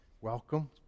welcome